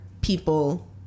people